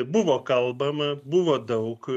buvo kalbama buvo daug